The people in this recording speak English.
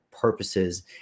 purposes